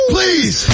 Please